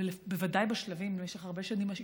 ובוודאי בשלבים במשך הרבה שנים,